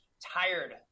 tired